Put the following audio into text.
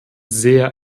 sehr